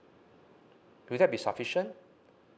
will that be sufficient